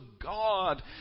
god